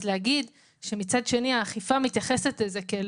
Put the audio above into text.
אז להגיד שמצד שני האכיפה מתייחסת לזה כאל